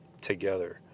together